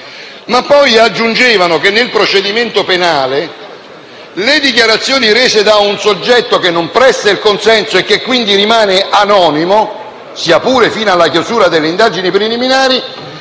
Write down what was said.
senatori aggiungevano poi che nel procedimento penale le dichiarazioni rese da un soggetto che non presta il consenso, e che quindi rimane anonimo, sia pure fino alla chiusura delle indagini preliminari,